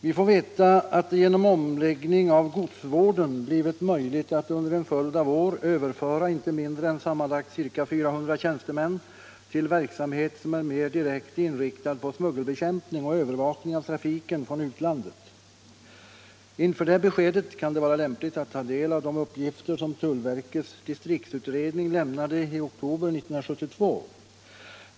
Vi får veta att det ”genom omläggning av godsvården blivit möjligt att under en följd av år överföra inte mindre än sammanlagt ca 400 tjänstemän till verksamhet som är mer direkt inriktad på smuggelbekämpning och övervakning av trafiken från utlandet”. Inför det beskedet kan det vara lämpligt att ta del av de uppgifter som tullverkets distriktsutredning lämnade i oktober 1972.